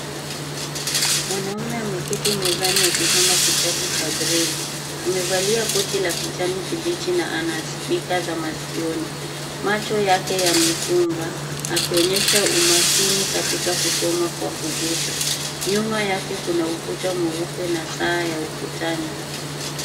Mwanamme ameketi mezani akisoma kitabu cha breli. Amevalia koti la kijani kibichi na ana spika za maskioni. Macho yake yamefumba akionyesha umakini katika kusoma kwa kugusa. Nyuma yake kuna ukuta mweupe na saa ya ukutani.